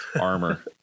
armor